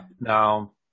Now